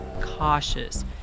cautious